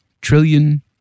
trillion